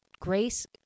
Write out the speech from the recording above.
Grace